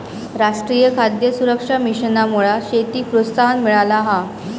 राष्ट्रीय खाद्य सुरक्षा मिशनमुळा शेतीक प्रोत्साहन मिळाला हा